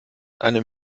einem